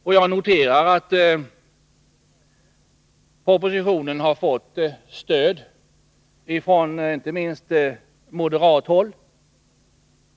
Och jag noterar att propositionen har fått stöd inte minst ifrån moderat håll.